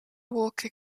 walker